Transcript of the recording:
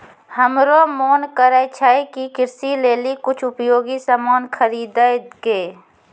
हमरो मोन करै छै कि कृषि लेली कुछ उपयोगी सामान खरीदै कै